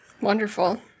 Wonderful